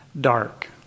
dark